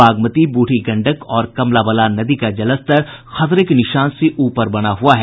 बागमती बूढ़ी गंडक और कमला बलान नदी का जलस्तर खतरे के निशान से ऊपर बना हुआ है